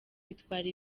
bitwara